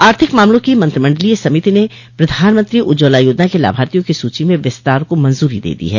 आर्थिक मामलों की मंत्रिमंडलीय समिति ने प्रधानमंत्री उज्ज्वला योजना के लाभार्थियों की सूची में विस्तार को मंजूरी दे दी है